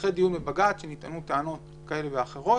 אחרי דיון בבג"ץ, שבו נטענו טענות כאלה ואחרות,